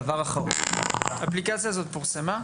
האפליקציה הזו פורסמה?